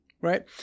Right